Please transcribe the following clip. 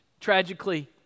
Tragically